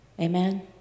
Amen